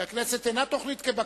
שהכנסת אינה תוכנית כבקשתך.